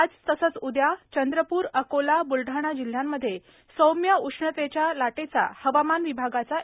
आज तसेच उदया चंद्रप्र अकोला ब्लढाणा जिल्ह्यांमध्ये सौम्य उष्णतेच्या लाटेचा हवामान विभागाचा इशारा